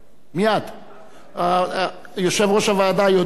ותועבר מייד לוועדת הכלכלה של הכנסת כדי